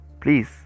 Please